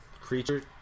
creature